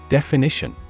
Definition